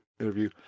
interview